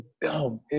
dumb